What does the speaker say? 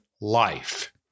life